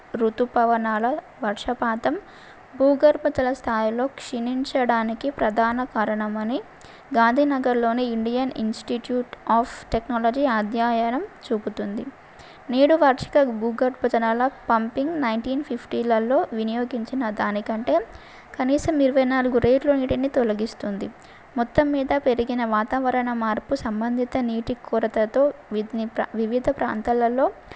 రుతుపవనాలు వర్షపాతం భూగర్భ జల స్థాయిలో క్షీణించడానికి ప్రధాన కారణమని గాంధీనగర్లోనే ఇండియన్ ఇన్స్టిట్యూట్ ఆఫ్ టెక్నాలజీ అధ్యాయనం చూపుతుంది నేడు వాచిక భూగర్భ జలాల పంపింగ్ నైన్టీన్ ఫిఫ్టీలలో వినియోగించిన దానికంటే కనీసం ఇరవై నాలుగు రేట్ల నీటిని తొలగిస్తుంది మొత్తం మీద పెరిగిన వాతావరణ మార్పు సంబంధిత నీటి కొరతతో వీటిని వివిధ ప్రాంతాలలో